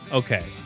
okay